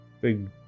big